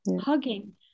hugging